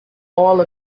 all